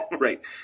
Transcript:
right